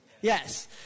Yes